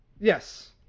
Yes